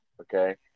okay